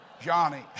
Johnny